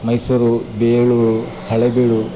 Mysuru Belur Halebidu